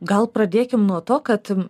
gal pradėkim nuo to kad